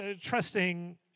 trusting